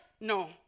No